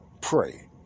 Pray